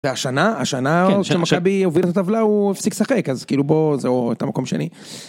והשנה השנה עוד שמכבי הובילו בטבלה הוא הפסיק לשחק אז כאילו בוא זהו את המקום שני.